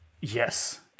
Yes